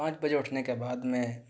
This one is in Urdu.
پانچ بجے اٹھنے کے بعد میں